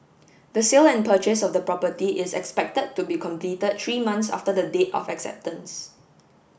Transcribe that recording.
the sale and purchase of the property is expected to be completed three months after the date of the acceptance